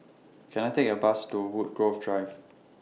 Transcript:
Can I Take A Bus to Woodgrove Drive